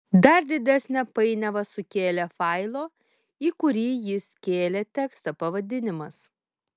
dar didesnę painiavą sukėlė failo į kurį jis kėlė tekstą pavadinimas